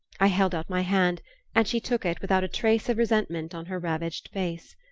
i held out my hand and she took it without a trace of resentment on her ravaged face.